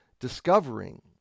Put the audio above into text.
discovering